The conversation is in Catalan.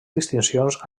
distincions